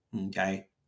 Okay